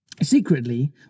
Secretly